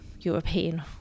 European